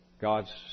God's